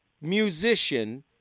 musician